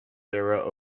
sarah